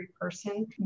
person